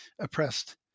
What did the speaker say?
oppressed